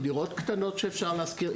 דירות קטנות שאפשר להשכיר.